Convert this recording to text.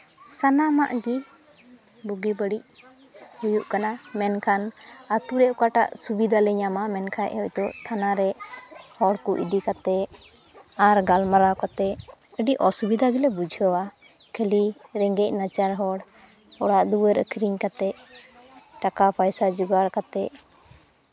ᱥᱟᱱᱟᱢᱟᱜ ᱜᱮ ᱵᱩᱜᱤ ᱵᱟᱹᱲᱤᱡ ᱦᱩᱭᱩᱜ ᱠᱟᱱᱟ ᱢᱮᱱᱠᱷᱟᱱ ᱟᱛᱳ ᱨᱮ ᱚᱠᱟᱴᱟᱜ ᱥᱩᱵᱤᱫᱷᱟ ᱞᱮ ᱧᱟᱢᱟ ᱢᱮᱱᱠᱷᱟᱡ ᱦᱚᱭᱛᱳ ᱛᱷᱟᱱᱟᱨᱮ ᱦᱚᱲ ᱠᱚ ᱤᱫᱤ ᱠᱟᱛᱮ ᱟᱨ ᱜᱟᱞᱢᱟᱨᱟᱣ ᱠᱟᱛᱮ ᱟᱹᱰᱤ ᱚᱥᱩᱵᱤᱫᱷᱟ ᱜᱮᱞᱮ ᱵᱩᱡᱷᱟᱹᱣᱟ ᱠᱷᱟᱹᱞᱤ ᱨᱮᱸᱜᱮᱡ ᱱᱟᱪᱟᱨ ᱦᱚᱲ ᱚᱲᱟᱜ ᱫᱩᱣᱟᱹᱨ ᱟᱹᱠᱷᱨᱤᱧ ᱠᱟᱛᱮ ᱴᱟᱠᱟ ᱯᱚᱭᱥᱟ ᱡᱚᱜᱟᱲ ᱠᱟᱛᱮ